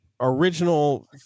original